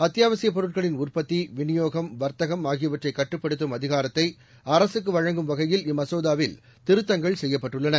அத்தியாவசியப் பொருட்களின் உற்பத்தி விநியோகம் வர்த்தகம் ஆகியவற்றை கட்டுப்படுத்தும் அதிகாரத்தை அரசுக்கு வழங்கும் வகையில் இம்மசோதாவில் திருத்தங்கள் செய்யப்பட்டுள்ளன